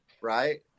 right